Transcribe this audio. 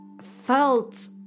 felt